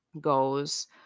goes